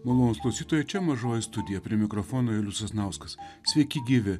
malonūs klausytojai čia mažoji studija prie mikrofono julius sasnauskas sveiki gyvi